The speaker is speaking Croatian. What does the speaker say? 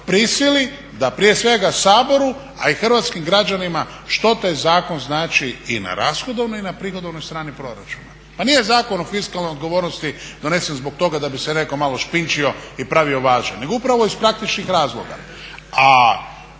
prisili da prije svega Saboru, a i hrvatskim građanima što taj zakon znači i na rashodovnoj i na prihodovnoj strani proračuna. Pa nije Zakon o fiskalnoj odgovornosti donesen zbog toga da bi se netko malo špičio i pravio važan, nego upravo iz praktičnih razloga.